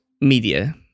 media